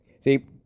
See